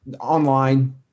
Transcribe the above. online